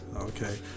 Okay